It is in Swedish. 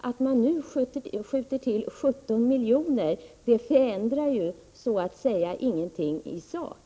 Att man nu skjuter till 17 miljoner förändrar så att säga ingenting i sak.